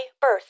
birth